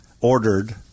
ordered